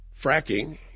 fracking